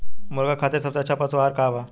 मुर्गा खातिर सबसे अच्छा का पशु आहार बा?